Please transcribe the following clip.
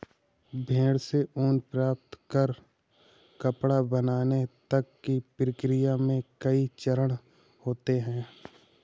भेड़ से ऊन प्राप्त कर कपड़ा बनाने तक की प्रक्रिया में कई चरण होते हैं